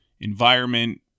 environment